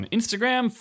Instagram